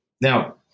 Now